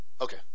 okay